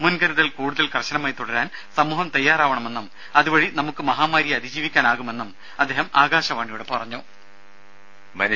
മുൻകരുതൽ കൂടുതൽ കർശനമായി തുടരാൻ സമൂഹം തയാറാവണമെന്നും അതുവഴി നമുക്ക് മഹാമാരിയെ അതിജീവിക്കാനാകുമെന്നും അദ്ദേഹം ആകാശവാണിയോട് പറഞ്ഞു